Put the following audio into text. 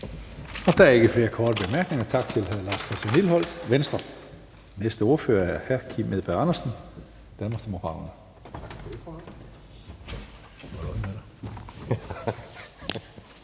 Der er ikke flere korte bemærkninger. Tak til hr. Lars Christian Lilleholt, Venstre. Den næste ordfører er hr. Kim Edberg Andersen, Danmarksdemokraterne.